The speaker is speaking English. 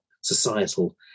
societal